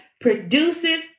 produces